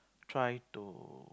try to